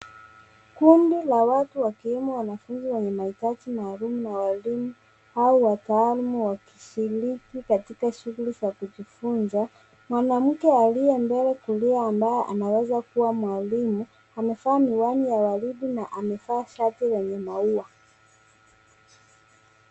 Kundi la watu wakiwemo wanafunzi wenye mahitaji maalum na walimu, au wataalum wakishiriki, katika shughuli za kujifunza, mwanamke aliye mbele kulia ambaye anaweza kuwa mwalimu, amevaa miwani ya waridi, na amevaa shati lenye maua.